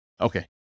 Okay